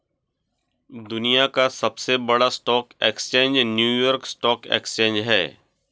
दुनिया का सबसे बड़ा stock exchange New York stock exchange है